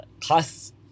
class